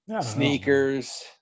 Sneakers